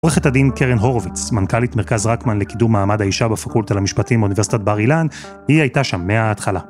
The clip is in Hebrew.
עורכת הדין קרן הורוביץ, מנכ"לית מרכז ראקמן לקידום מעמד האישה בפקולטה למשפטים באוניברסיטת בר אילן, היא הייתה שם מההתחלה.